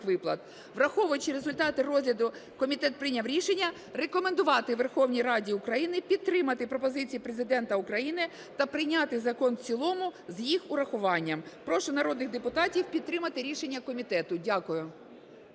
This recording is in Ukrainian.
виплат". Враховуючи результати розгляду, комітет прийняв рішення рекомендувати Верховній Раді України підтримати пропозиції Президента України та прийняти закон в цілому з їх урахуванням. Прошу народних депутатів підтримати рішення комітету. Дякую.